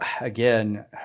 again